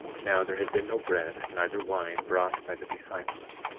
now, there had been no bread, neither wine, brought by the disciples,